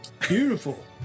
Beautiful